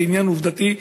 זה עניין עובדתי.